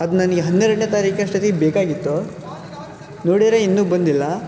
ಅದು ನನಗೆ ಹನ್ನೆರಡನೇ ತಾರೀಖಷ್ಟೊತ್ತಿಗೆ ಬೇಕಾಗಿತ್ತು ನೋಡಿದರೆ ಇನ್ನೂ ಬಂದಿಲ್ಲ